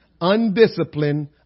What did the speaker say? Undisciplined